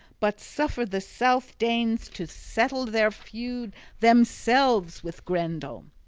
but suffer the south-danes to settle their feud themselves with grendel.